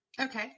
Okay